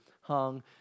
hung